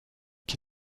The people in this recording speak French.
qui